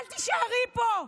אל תישארי פה.